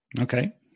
Okay